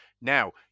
Now